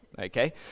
Okay